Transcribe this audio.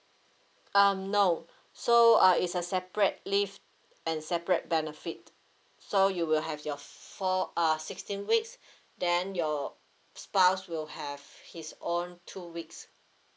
um no so uh is a separate leave and separate benefit so you will have your four uh sixteen weeks then your spouse will have his own two weeks